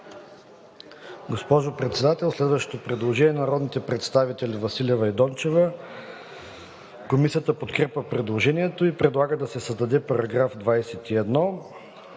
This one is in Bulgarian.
Госпожо Председател, следващото предложение е на народните представители Василева и Дончева. Комисията подкрепя предложението. Комисията предлага да се създаде § 21: „§ 21.